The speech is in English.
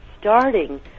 starting